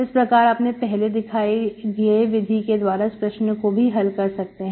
इस प्रकार आप पहले दिखाए गए विधि के द्वारा इस प्रश्न को भी हल कर सकते हैं